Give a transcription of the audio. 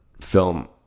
film